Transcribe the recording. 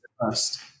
first